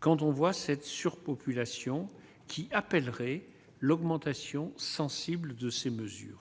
quand on voit cette surpopulation qui appellerait l'augmentation sensible de ces mesures.